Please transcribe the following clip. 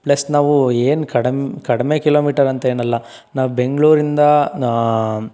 plus ನಾವು ಏನು ಕಡ ಕಡಿಮೆ ಕಿಲೋಮೀಟರ್ ಅಂತ ಏನು ಅಲ್ಲ ನಾವು ಬೆಂಗಳೂರಿಂದ